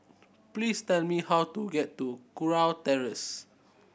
please tell me how to get to Kurau Terrace